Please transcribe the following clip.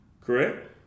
Correct